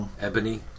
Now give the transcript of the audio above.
Ebony